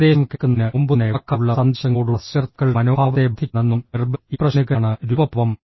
സന്ദേശം കേൾക്കുന്നതിന് മുമ്പുതന്നെ വാക്കാലുള്ള സന്ദേശങ്ങളോടുള്ള സ്വീകർത്താക്കളുടെ മനോഭാവത്തെ ബാധിക്കുന്ന നോൺ വെർബൽ ഇംപ്രഷനുകലാണ് രൂപഭാവം